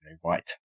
White